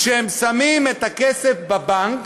כשהם שמים את הכסף בבנק